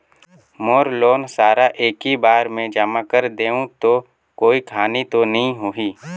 मोर loan सारा एकी बार मे जमा कर देहु तो कोई हानि तो नी होही?